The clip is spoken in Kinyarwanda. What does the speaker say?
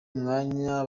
umwanya